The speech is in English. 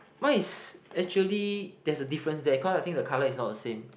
mine is actually there's a difference there cause I think the colour is not the same